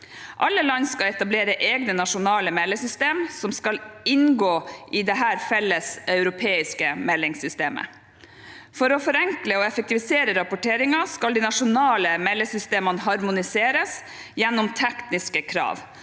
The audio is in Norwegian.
Alle land skal etablere egne nasjonale meldesystem som skal inngå i dette felles europeiske meldingssystemet. For å forenkle og effektivisere rapporteringen skal de nasjonale meldesystemene harmoniseres gjennom tekniske krav,